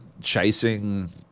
chasing